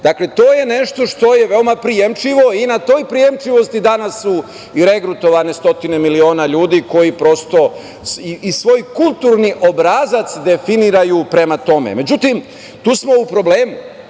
Dakle, to je nešto što je veoma prijemčivo i na toj prijemčivosti danas su i regrutovane stotine miliona ljudi koji prosto i svoj kulturni obrazac definiraju prema tome.Međutim, tu smo u problemu.